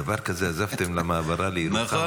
דבר כזה עזבתם למעברה לירוחם?